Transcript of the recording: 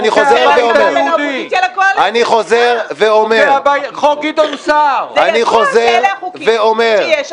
חוקי הבית היהודי -- אבל אתה לא מסוגל לקיים חוקים כאלה שאין בהם